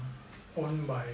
own by